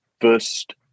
first